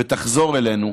ותחזור אלינו,